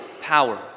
power